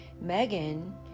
Megan